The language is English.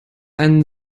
ein